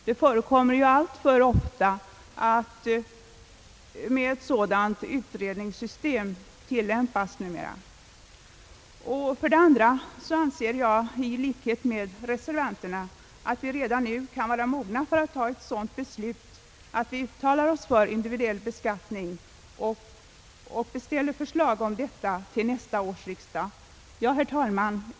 Det förekommer ju alltför ofta numera att ett sådant utredningssystem tillämpas. För det andra anser jag i likhet med reservanterna, att vi redan nu kan vara mogna för ett sådant beslut att vi uttalar oss för individuell beskattning och begär att Kungl. Maj:t lägger fram förslag härom till nästa års riksdag. Herr talman!